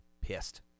pissed